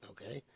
Okay